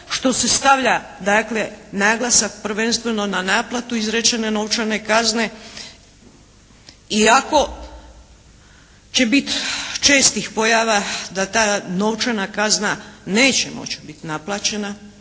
što se stavlja dakle naglasak prvenstveno na naplatu izrečene novčane kazne iako će biti čestih pojava da ta novčana kazna neće moći biti naplaćena,